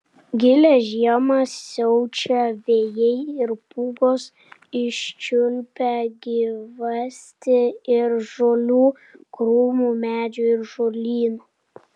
gilią žiemą siaučią vėjai ir pūgos iščiulpia gyvastį iš žolių krūmų medžių ir žolynų